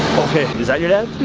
okay, is that your dad?